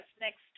next